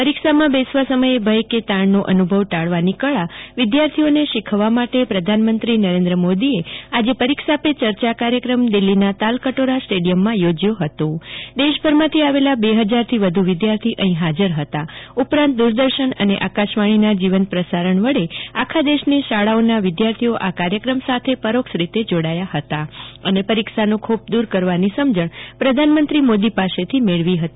પરીક્ષા માં બેસવા સમયે ભયે કે તાણ નો અનુભવ ટાળવાની કળા વિદ્યાર્થીઓ શીખવવા માટે પ્રધાનમંત્રી નરેન્દ્ર મોદી એ આજે પરીક્ષા પે ચર્ચા જેવો કાર્યક્રમ દિલ્લી ના તાલકટોરા સ્ટેડિયમ માં યોજ્યો હતો દેદશભર થી આવેલા બે ફજારથી વધુ વિદ્યાર્થી અહી હાજર હતા ઉપરાંત દૂરદર્શન અને આકાશવાણી ના જીવંત પ્રસારણ વડે આખા દેશ ની શાળાઓના વિદ્યાર્થીઓ કાર્યક્રમ સાથે પરોક્ષરીતે જોડાયા ે હતા અને પરીક્ષા નો ખોફ દૂર કરવાની સમજણ પ્રધાનમંત્રી મોદી પાસે થી મેળવી હતી